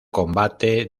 combate